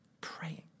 praying